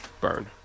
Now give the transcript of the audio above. Burn